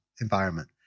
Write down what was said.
environment